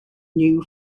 new